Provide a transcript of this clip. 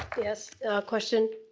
yes, a question,